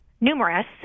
numerous